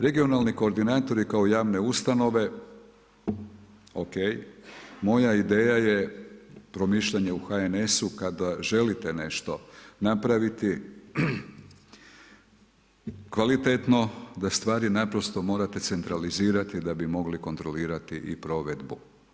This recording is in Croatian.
Regionalni koordinatori kao javne ustanove o.k., moja ideja je promišljanje u HNS-u kada želite nešto napraviti kvalitetno da stvari naprosto morate centralizirati da bi mogli kontrolirati i provedbu.